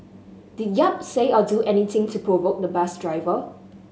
did Yap say or do anything to provoke the bus driver